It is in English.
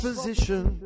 Position